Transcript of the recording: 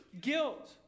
guilt